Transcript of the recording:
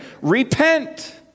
Repent